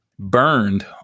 burned